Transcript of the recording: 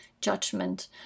judgment